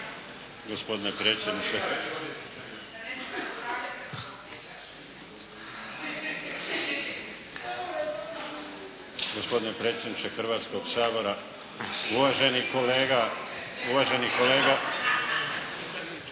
Gospodine predsjedniče Hrvatskog sabora. Uvaženi kolega Kajin naveo